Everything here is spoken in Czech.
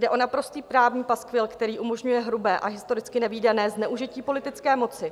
Jde o naprostý právní paskvil, který umožňuje hrubé a historicky nevídané zneužití politické moci.